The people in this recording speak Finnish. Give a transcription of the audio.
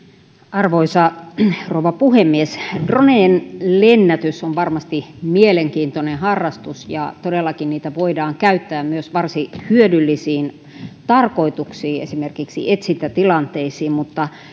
arvoisa rouva puhemies dronen lennätys on varmasti mielenkiintoinen harrastus ja todellakin niitä voidaan käyttää myös varsin hyödyllisiin tarkoituksiin esimerkiksi etsintätilanteisiin mutta